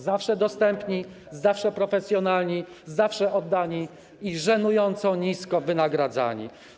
Zawsze dostępni, zawsze profesjonalni, zawsze oddani i żenująco nisko wynagradzani.